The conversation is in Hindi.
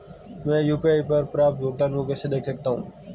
मैं यू.पी.आई पर प्राप्त भुगतान को कैसे देख सकता हूं?